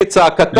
הוא תוקף אותי.